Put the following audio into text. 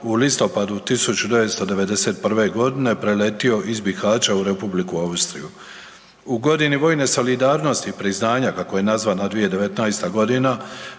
u listopadu 1991. godine preletio iz Bihaća u Republiku Austriju. U godini vojne solidarnosti priznanja kako je nazvana 2019. godina